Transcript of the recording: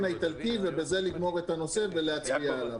האיטלקי ובזה לגמור את הנושא ולהצביע עליו.